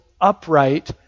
upright